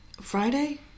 Friday